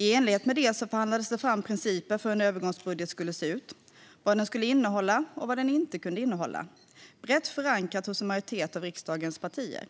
I enlighet med detta förhandlades det fram principer för hur en övergångsbudget skulle se ut, vad den skulle innehålla och vad den inte kunde innehålla, brett förankrat hos en majoritet av riksdagens partier.